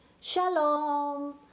Shalom